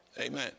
Amen